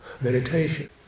meditation